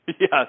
Yes